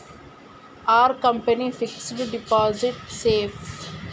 Are company fixed deposit safe?